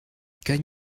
can